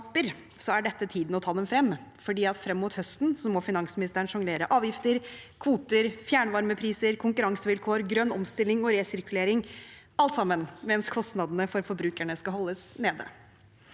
er dette tiden for å ta dem frem, for frem mot høsten må finansministeren sjonglere avgifter, kvoter, fjernvarmepriser, konkurransevilkår, grønn omstilling og resirkulering – alt sammen mens kostnadene for forbrukerne skal holdes nede.